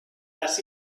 las